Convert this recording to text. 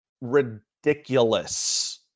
ridiculous